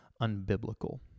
unbiblical